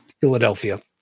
Philadelphia